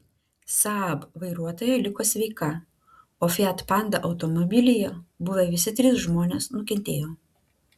saab vairuotoja liko sveika o fiat panda automobilyje buvę visi trys žmonės nukentėjo